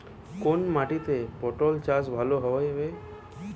কোন মাটিতে পটল চাষ ভালো হবে?